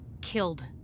Killed